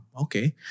okay